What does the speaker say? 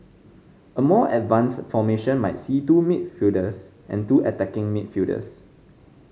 a more advanced formation might see two midfielders and two attacking midfielders